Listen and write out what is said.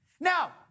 Now